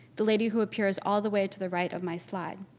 the lady who appears all the way to the right of my slide.